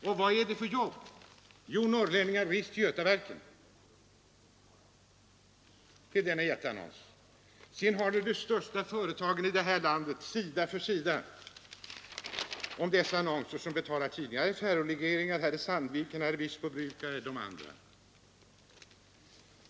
Och vad är det för jobb? Jo, man säger till norrlänningar i dessa jätteannonser: Res till Götaverken! Sedan har man de största företagen i landet sida efter sida med dessa annonser som betalar tidningen — Ferrolegeringar, Sandviken osv.